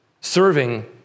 serving